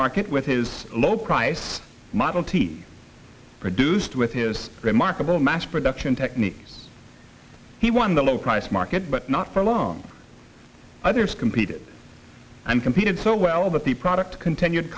market with his low priced model t produced with his remarkable mass production techniques he won the low price market but not for long others competed and competed so well that the product continued